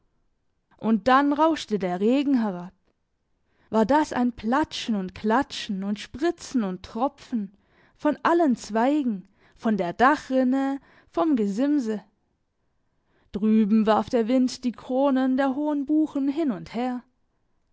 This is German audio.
und dann rauschte der regen herab war das ein platschen und klatschen und spritzen und tropfen von allen zweigen von der dachrinne vom gesimse drüben warf der wind die kronen der hohen buchen hin und her